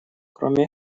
кроме